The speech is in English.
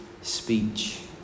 speech